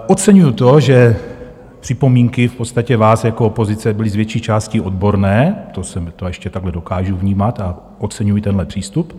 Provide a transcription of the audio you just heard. Oceňuji to, že připomínky v podstatě vás jako opozice byly z větší části odborné, to jsem to ještě takhle dokážu vnímat a oceňuji tenhle přístup.